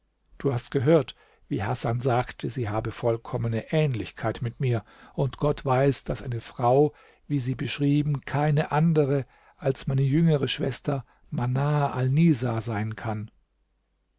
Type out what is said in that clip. du hast gehört wie hasan sagte sie habe vollkommene ähnlichkeit mit mir und gott weiß daß eine frau wie sie beschrieben keine andere als meine jüngere schwester manar alnisa sein kann